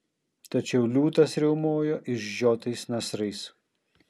tačiau liūtas riaumojo išžiotais nasrais